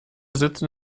sitzen